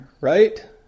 Right